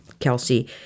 Kelsey